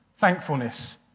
Thankfulness